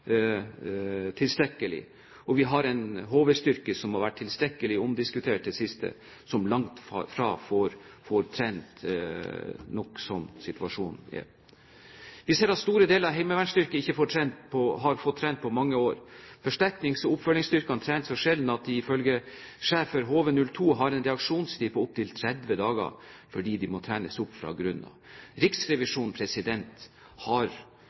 har vært tilstrekkelig omdiskutert i det siste, og som langt fra får trent nok, slik situasjonen er. Vi ser at store deler av heimevernsstyrken ikke har fått trent på mange år. Forsterknings- og oppfølgingsstyrkene trener så sjelden at de ifølge sjef for HV-02 har en reaksjonstid på opp til 30 dager, fordi de må trenes opp fra grunnen av. Riksrevisjonen har